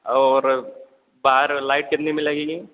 और बाहर लाइट कितने में लगेगी